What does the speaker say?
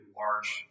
large